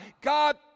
God